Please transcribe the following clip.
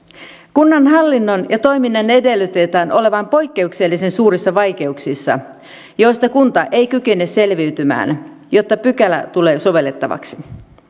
kunnan hallinnon ja toiminnan edellytetään olevan poikkeuksellisen suurissa vaikeuksissa joista kunta ei kykene selviytymään jotta pykälä tulee sovellettavaksi